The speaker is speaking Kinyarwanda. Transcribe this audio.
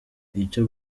icyo